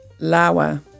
Lawa